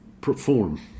perform